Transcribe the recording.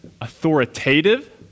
authoritative